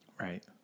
Right